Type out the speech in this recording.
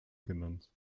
genannt